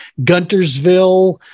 Guntersville